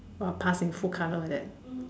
orh passing full colour like that